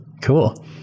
Cool